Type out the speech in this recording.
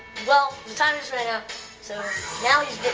well, the timer's ran out so now he's.